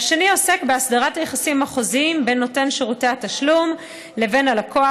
והשני עוסק באסדרת היחסים החוזיים בין נותן שירותי התשלום ובין הלקוח,